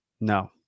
No